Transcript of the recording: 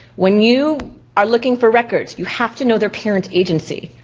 when you are looking for records, you have to know their parent agency.